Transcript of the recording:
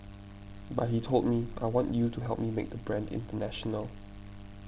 but he told me I want you to help me make the brand international